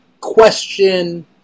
question